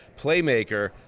playmaker